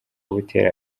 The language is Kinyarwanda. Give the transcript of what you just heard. buteera